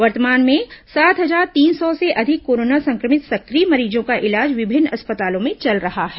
वर्तमान में सात हजार तीन सौ से अधिक कोरोना संक्रमित सक्रिय मरीजों का इलाज विभिन्न अस्पतालों में चल रहा है